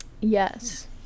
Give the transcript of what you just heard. Yes